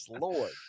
Lord